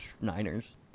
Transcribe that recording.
Niners